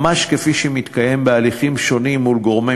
ממש כפי שמתקיים בהליכים שונים מול גורמי